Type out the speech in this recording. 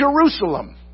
Jerusalem